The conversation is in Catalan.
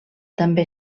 també